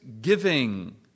giving